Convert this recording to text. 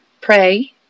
Pray